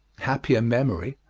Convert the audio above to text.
happier memory,